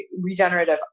regenerative